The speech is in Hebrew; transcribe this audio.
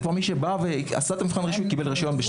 זה כמו מי שבא ועשה את מבחן רישוי וקיבל רישיון השנה.